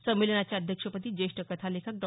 संमेलनाच्या अध्यक्षपदी ज्येष्ठ कथालेखक डॉ